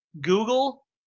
Google